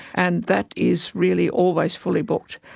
and that is really always fully booked.